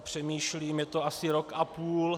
Přemýšlím... je to asi rok a půl.